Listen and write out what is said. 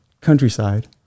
countryside